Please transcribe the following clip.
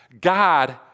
God